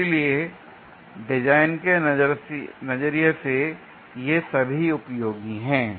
इसलिए डिजाइन के नजरिए से ये सभी उपयोगी हैं